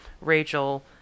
Rachel